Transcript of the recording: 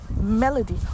melody